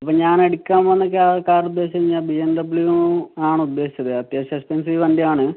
അപ്പം ഞാനെടുക്കാൻ പോകുന്ന കാറ് ഉദ്ദേശിച്ചു കഴിഞ്ഞാൽ ബി എം ഡബ്ലു ആണു ഉദ്ദേശിച്ചത് അത്യാവശ്യം എക്സ്പെൻസീവ് വണ്ടിയാണ്